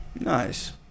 nice